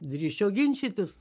drįsčiau ginčytis